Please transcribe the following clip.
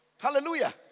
Hallelujah